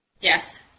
Yes